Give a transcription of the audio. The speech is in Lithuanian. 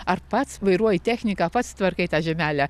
ar pats vairuoji techniką pats tvarkai tą žemelę